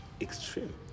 extreme